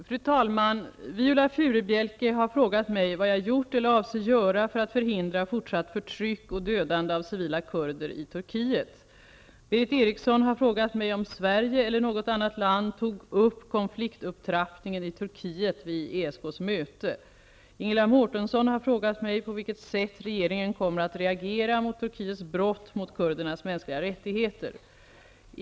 Fru talman! Viola Furubjelke har frågat mig vad jag gjort eller avser göra för att förhindra fortsatt förtryck och dödande av civila kurder i Turkiet. Berith Eriksson har frågat mig om Sverige eller något annat land tog upp konfliktupptrappningen i Turkiet vid ESK:s möte. Ingela Mårtensson har frågat mig på vilket sätt regeringen kommer att reagera mot Turkiets brott mot kurdernas mänskliga rättigheter.